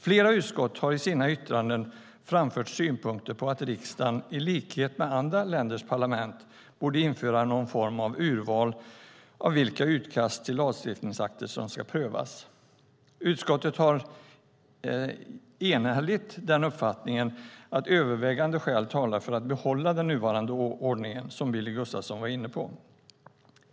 Flera utskott har i sina yttranden framfört synpunkter på att riksdagen i likhet med andra länders parlament borde införa någon form av urval av vilka utkast till lagstiftningsakter som ska prövas. Utskottet har enhälligt uppfattningen att övervägande skäl talar för att behålla den nuvarande ordningen, som Billy Gustafsson var inne på.